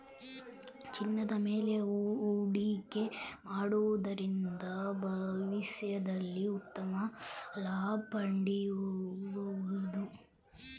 ಚಿನ್ನದ ಮೇಲೆ ಹೂಡಿಕೆ ಮಾಡುವುದರಿಂದ ಭವಿಷ್ಯದಲ್ಲಿ ಉತ್ತಮ ಲಾಭ ಪಡೆಯಬಹುದು